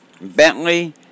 Bentley